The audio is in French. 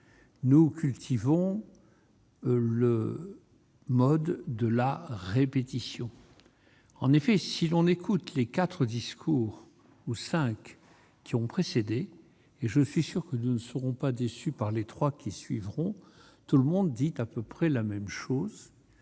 nous cultivons le mode de la répétition, en effet, si l'on écoute les quatre discours ou 5 qui ont précédé et je suis sûr que de ne seront pas déçus par les 3 qui suivront, tout le monde dit qu'à peu près la même chose,